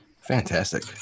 Fantastic